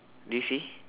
do you see